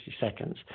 seconds